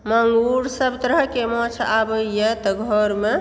मांगुर सब तरह के माछ आबै यऽ तऽ घर मे